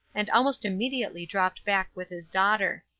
and almost immediately dropped back with his daughter.